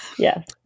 Yes